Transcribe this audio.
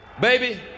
Baby